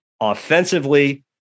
Offensively